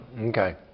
okay